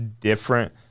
different